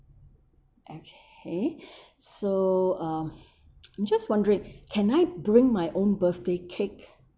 okay so uh I'm just wondering can I bring my own birthday cake